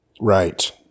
Right